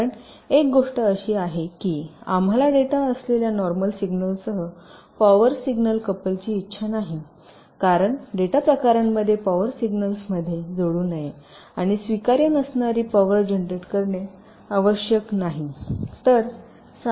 कारण एक गोष्ट अशी आहे की आम्हाला डेटा असलेल्या नॉर्मल सिग्नलसह पॉवर सिग्नल कपलची इच्छा नाही कारण डेटा प्रकारांमध्ये पॉवर सिग्नल्समध्ये जोडू नये आणि स्वीकार्य नसणारी पॉवर जनरेट करणे आवश्यक नाही